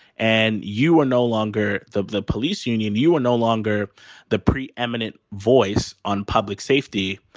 and you are no longer the the police union. you are no longer the pre-eminent voice on public safety.